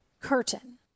Curtain